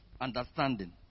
understanding